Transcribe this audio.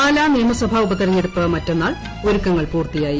പാലാ നിയമസഭ ഉപതെരഞ്ഞെടുപ്പ് മറ്റന്നാൾ ഒരുക്കങ്ങൾ പൂർത്തിയായി